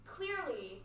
Clearly